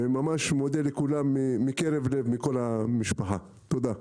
אני מודה לכולם מקרב לב מכל המשפחה, תודה.